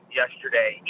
yesterday